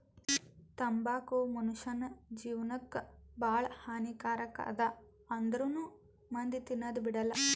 ತಂಬಾಕು ಮುನುಷ್ಯನ್ ಜೇವನಕ್ ಭಾಳ ಹಾನಿ ಕಾರಕ್ ಅದಾ ಆಂದ್ರುನೂ ಮಂದಿ ತಿನದ್ ಬಿಡಲ್ಲ